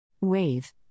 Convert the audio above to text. Wave